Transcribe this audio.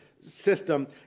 system